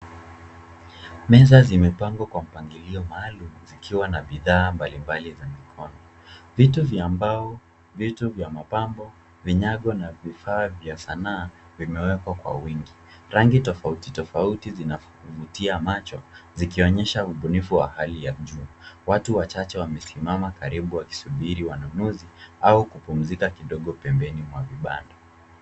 Meza zimepangwa kwa mpangilio maalum zikiwa na bidhaa mbalimbali za mikono. Vitu vya mbao, vitu vya mapambo, vinyago na vifaa vya sanaa vimewekwa kwa wingi. Rangi tofauti tofauti zinav- vutia macho zikionyesha ubunifu wa hali ya juu. Watu wachache wamesimama karibu wakisuburi wanunuzi au kupumzika kidogo pembeni mwa vibanda.